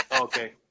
Okay